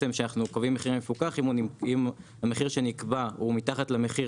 כשאנחנו קובעים מחיר מפוקח אם המחיר שנקבע הוא מתחת למחיר